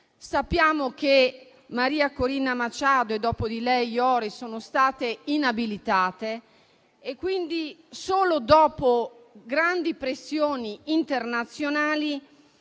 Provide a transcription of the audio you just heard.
Sappiamo che Maria Corina Machado e, dopo di lei, Corina Yoris sono state inabilitate e, solo dopo grandi pressioni internazionali,